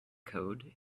code